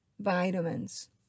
vitamins